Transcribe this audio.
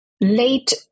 late